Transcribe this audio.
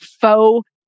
faux